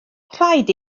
rhaid